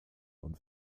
und